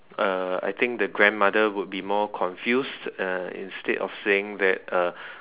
uh I think the grandmother would be more confused uh instead of saying that uh